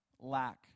lack